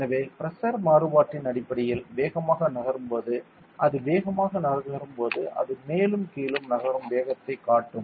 எனவே பிரஷர் மாறுபாட்டின் அடிப்படையில் வேகமாக நகரும் போது அது வேகமாக நகரும் போது அது மேலும் கீழும் நகரும் வேகத்தைக் காட்டும்